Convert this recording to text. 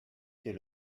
était